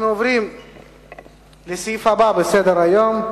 אנחנו עוברים לסעיף הבא בסדר-היום: